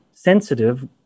sensitive